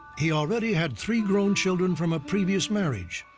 he already had three grown children from a previous marriage.